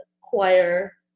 choir